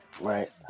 Right